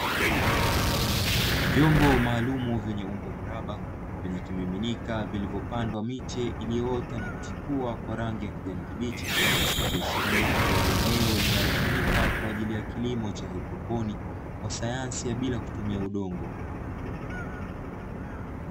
Vyombo maalumu vyenye umbo mraba vyenye kimiminika vilivyopandwa miche iliyoota na kuchipua kwa rangi ya kijani kibichi, likiashiria ni eneo linalotumika kwa ajili ya kilimo cha haidroponi, kwa sayansi ya bila kutumia udongo.